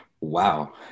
Wow